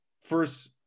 First